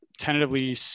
tentatively